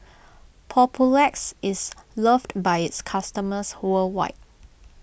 Papulex is loved by its customers worldwide